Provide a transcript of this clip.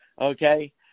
okay